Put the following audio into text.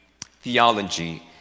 theology